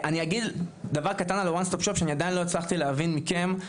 אני אגיד דבר קטן על ה-"One Stop Shop"שאני עדיין לא הצלחתי להבין מכם.